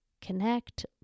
connect